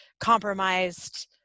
compromised –